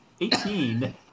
Eighteen